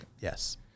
Yes